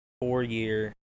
four-year